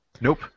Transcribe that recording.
Nope